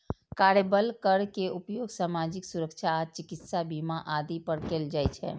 कार्यबल कर के उपयोग सामाजिक सुरक्षा आ चिकित्सा बीमा आदि पर कैल जाइ छै